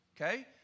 Okay